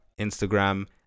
Instagram